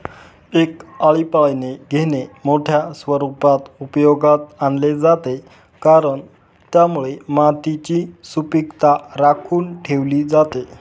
एक आळीपाळीने घेणे मोठ्या स्वरूपात उपयोगात आणले जाते, कारण त्यामुळे मातीची सुपीकता राखून ठेवली जाते